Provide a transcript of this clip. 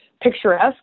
picturesque